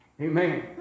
Amen